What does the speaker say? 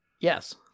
yes